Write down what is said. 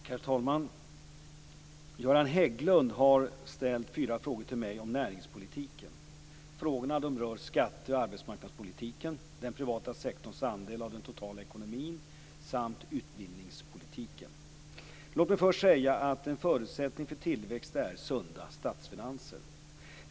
Herr talman! Göran Hägglund har ställt fyra frågor till mig om näringspolitiken. Frågorna rör skatteoch arbetsmarknadspolitiken, den privata sektorns andel av den totala ekonomin samt utbildningspolitiken. Låt mig först säga att en förutsättning för tillväxt är sunda statsfinanser.